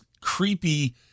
creepy